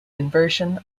inversion